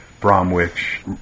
bromwich